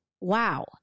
wow